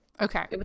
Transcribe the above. Okay